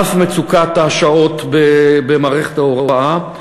על אף מצוקת השעות במערכת ההוראה,